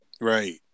right